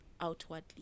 outwardly